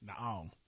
No